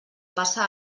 passa